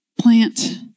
Plant